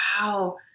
wow